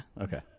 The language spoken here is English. Okay